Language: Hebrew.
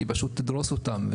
היא פשוט תדרוס אותם,